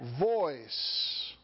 voice